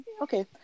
okay